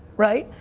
right?